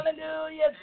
Hallelujah